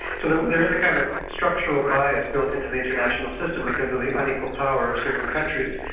so there there is a kind of structural bias built into the international system because of the unequal power of certain countries.